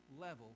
level